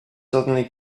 suddenly